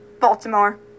Baltimore